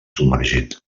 submergit